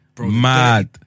Mad